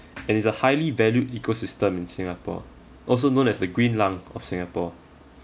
and it's a highly valued ecosystem in singapore also known as the green lung of singapore